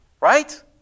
Right